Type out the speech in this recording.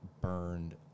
burned